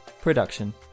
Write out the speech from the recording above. production